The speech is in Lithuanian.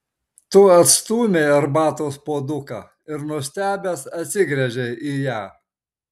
tu atstūmei arbatos puoduką ir nustebęs atsigręžei į ją